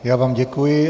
Já vám děkuji.